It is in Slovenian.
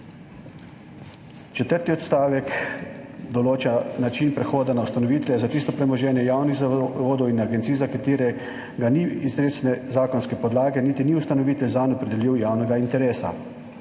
Četrti odstavek določa način prehoda na ustanovitelja za tisto premoženje javnih zavodov in agencij, za katerega ni izrecne zakonske podlage niti ni ustanovitelj zanj opredelil javnega interesa.